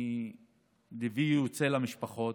ליבי יוצא אל המשפחות.